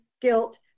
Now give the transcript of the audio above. guilt